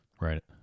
Right